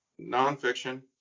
Nonfiction